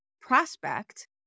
prospect